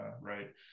right